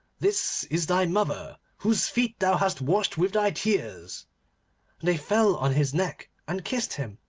this is thy mother whose feet thou hast washed with thy tears and they fell on his neck and kissed him,